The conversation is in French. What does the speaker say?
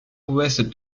ouest